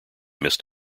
missed